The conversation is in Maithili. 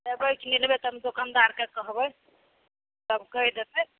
लेबै कि नहि लेबै तऽ हम दोकनदार कऽ कहबै तब कहि देतै